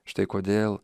štai kodėl